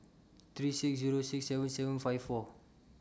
three six Zero six seven seven five four